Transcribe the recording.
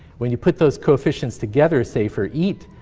when you put those coefficients together, say, for eat,